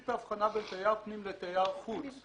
את ההבחנה בין תייר פנים ותייר חוץ.